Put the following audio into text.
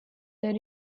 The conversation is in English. their